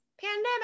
Pandemic